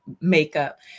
makeup